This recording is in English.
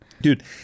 dude